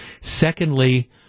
Secondly